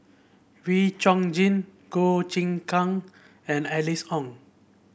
Wee Chong Jin Goh Choon Kang and Alice Ong